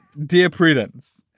dear prudence,